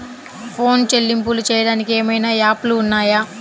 Phone చెల్లింపులు చెయ్యటానికి ఏవైనా యాప్లు ఉన్నాయా?